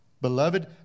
Beloved